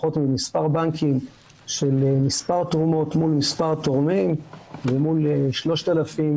לפחות ממספר בנקים של מספר תרומות מול מספר תורמים ומול 3,000